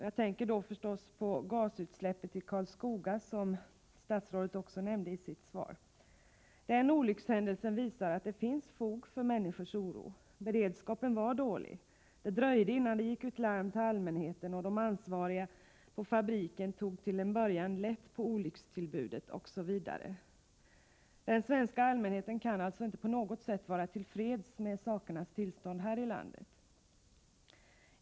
Jag tänker då förstås på gasutsläppet i Karlskoga, som statsrådet också nämnde i sitt svar. Den olyckshändelsen visar att det finns fog för människors oro. Beredskapen var dålig, det dröjde innan det gick larm till allmänheten, de ansvariga på fabriken tog till en början lätt på olyckstillbudet, osv. Den svenska allmänheten kan alltså inte på något sätt vara till freds med sakernas tillstånd här i landet.